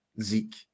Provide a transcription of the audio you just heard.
Zeke